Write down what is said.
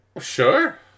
Sure